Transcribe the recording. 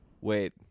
Wait